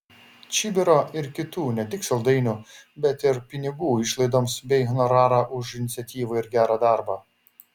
čibiro ir kitų ne tik saldainių bet ir pinigų išlaidoms bei honorarą už iniciatyvą ir gerą darbą